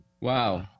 Wow